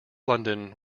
london